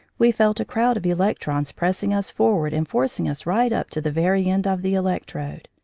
we felt a crowd of electrons pressing us forward and forcing us right up to the very end of the electrode.